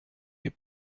les